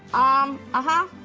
um, ah huh,